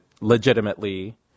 legitimately